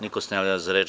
Niko se ne javlja za reč.